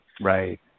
Right